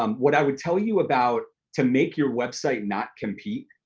um what i would tell you about to make your website not compete,